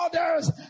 Others